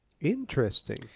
Interesting